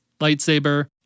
lightsaber